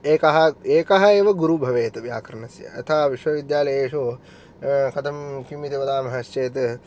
एकः एकः एव गुरुः भवेत् व्याकरणस्य यथा विश्वविध्यालयेषु कथं किं इति वदामः चेत्